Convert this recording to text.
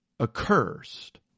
accursed